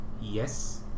yes